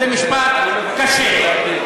זה משפט קשה.